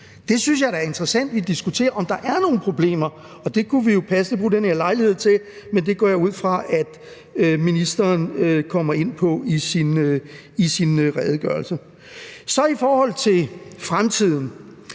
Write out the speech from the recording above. Jeg synes da, det er interessant, at vi diskuterer, om der er nogen problemer, og det kunne vi jo passende bruge den her lejlighed til, men det går jeg ud fra at ministeren kommer ind på i sin redegørelse. I forhold til fremtiden: